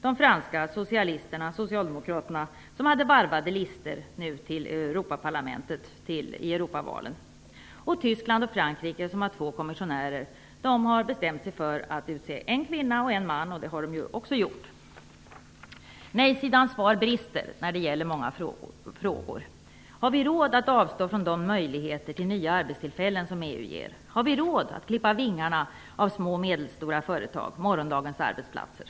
De franska socialdemokraterna, t.ex., hade varvade listor vid valen till Europaparlamentet. Tyskland och Frankrike, som har två kommsissionärer, har bestämt sig för att utse en kvinna och en man, vilket de också har gjort. Nej-sidans svar brister när det gäller många frågor. Har vi råd att avstå från de möjligheter till nya arbetstillfällen som EU ger? Har vi råd att klippa vingarna av små och medelstora företag, morgondagens arbetsplatser?